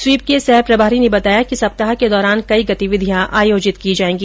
SVEEP के सहप्रभारी ने बताया कि सप्ताह के दौरान कई गतिविधियां आयोजित की जाएगी